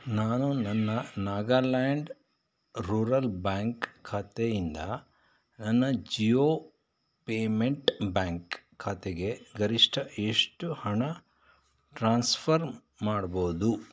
ನಾನು ನನ್ನ Nagaland rural bank ಖಾತೆಯಿಂದ ನನ್ನ ಜಿಯೋ ಪೇಮೆಂಟ್ ಬ್ಯಾಂಕ್ ಖಾತೆಗೆ ಗರಿಷ್ಟ ಎಷ್ಟು ಹಣ ಟ್ರಾನ್ಸ್ಫರ್ ಮಾಡ್ಬೋದು